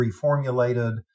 reformulated